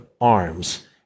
arms